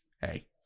Hey